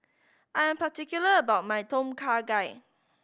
I am particular about my Tom Kha Gai